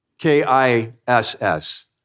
K-I-S-S